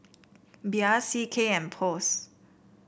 Bia C K and Post